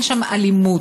אין שם אלימות.